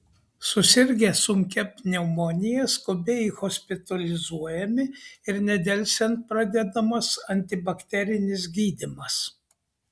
susirgę sunkia pneumonija skubiai hospitalizuojami ir nedelsiant pradedamas antibakterinis gydymas